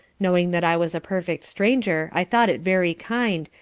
knowing that i was a perfect stranger, i thought it very kind,